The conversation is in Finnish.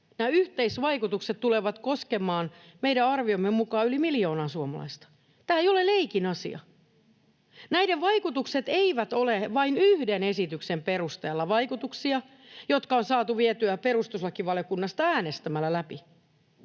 Nämä yhteisvaikutukset tulevat koskemaan meidän arviomme mukaan yli miljoonaa suomalaista. Tämä ei ole leikin asia. Näiden vaikutukset eivät ole vain yhden esityksen perusteella tapahtuvia vaikutuksia, jotka on saatu vietyä perustuslakivaliokunnasta äänestämällä läpi,